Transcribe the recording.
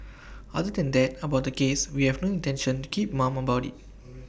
other than that about the case we have no intention to keep mum about IT